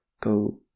go